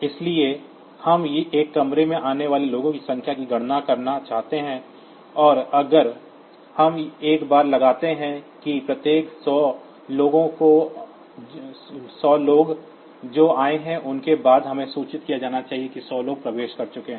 इसलिए यदि हम एक कमरे में आने वाले लोगों की संख्या की गणना करना चाहते हैं और अगर हम एक बार लगाते हैं कि प्रत्येक 100 लोग जो आए हैं उसके बाद हमें सूचित किया जाना चाहिए कि 100 लोग प्रवेश कर चुके हैं